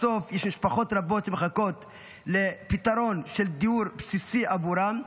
בסוף יש משפחות רבות שמחכות לפתרון של דיור בסיסי עבורן,